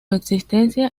existencia